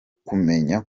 kumenya